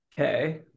Okay